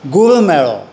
गुरू मेळ्ळो